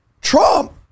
Trump